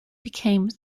became